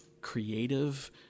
creative